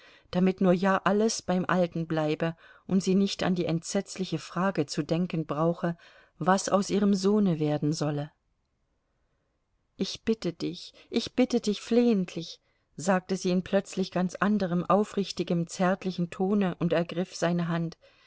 damit nur ja alles beim alten bleibe und sie nicht an die entsetzliche frage zu denken brauche was aus ihrem sohne werden solle ich bitte dich ich bitte dich flehentlich sagte sie in plötzlich ganz anderem aufrichtigem zärtlichem tone und ergriff seine hand